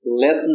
let